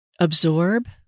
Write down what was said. absorb